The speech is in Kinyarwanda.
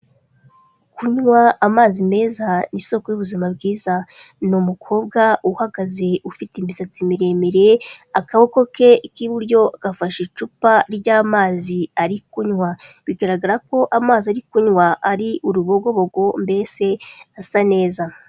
Kunywa amazi meza, isoko y'ubuzima bwiza, ni umukobwa uhagaze ufite imisatsi miremire akaboko ke k'iburyo gafashe icupa ry'amazi ari kunywa, bigaragara ko amazi ari kunywa ari urubogobogo mbese asa neza.